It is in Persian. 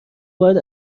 باید